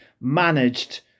managed